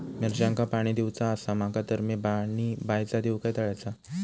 मिरचांका पाणी दिवचा आसा माका तर मी पाणी बायचा दिव काय तळ्याचा?